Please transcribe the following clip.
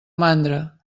mandra